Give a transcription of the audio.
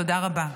תודה רבה.